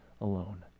alone